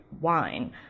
wine